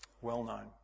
Well-known